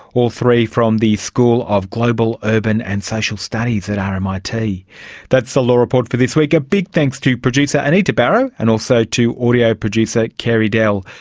all three from the school of global, urban and social studies at um ah rmit. that's the law report for this week. a big thanks to producer anita barraud and also to audio producer carey dell.